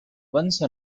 once